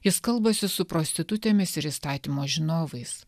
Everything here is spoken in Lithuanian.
jis kalbasi su prostitutėmis ir įstatymo žinovais